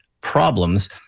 problems